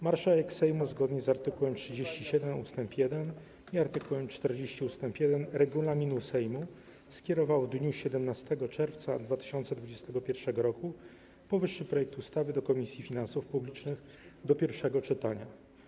Marszałek Sejmu, zgodnie z art. 37 ust. 1 i art. 40 ust. 1 regulaminu Sejmu, skierowała w dniu 17 czerwca 2021 r. powyższy projekt ustawy do Komisji Finansów Publicznych do pierwszego czytania.